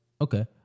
Okay